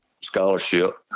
scholarship